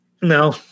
No